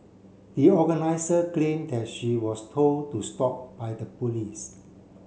the organiser claimed that she was told to stop by the police